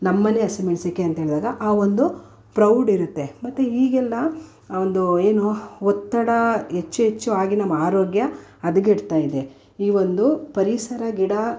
ನಮ್ಮ ಮನೆ ಹಸಿಮೆಣ್ಸಿನ್ಕಾಯಿ ಅಂತ್ಹೇಳುವಾಗ ಆ ಒಂದು ಪ್ರೌಡಿರುತ್ತೆ ಮತ್ತು ಈಗೆಲ್ಲಾ ಒಂದು ಏನು ಒತ್ತಡ ಹೆಚ್ಚು ಹೆಚ್ಚು ಆಗಿ ನಮ್ಮ ಆರೋಗ್ಯ ಹದಗೆಡ್ತಾಯಿದೆ ಈ ಒಂದು ಪರಿಸರ ಗಿಡಾ